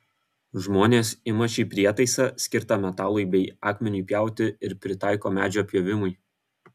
žmonės ima šį prietaisą skirtą metalui bei akmeniui pjauti ir pritaiko medžio pjovimui